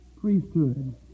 priesthood